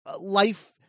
life